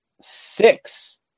six